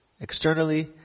externally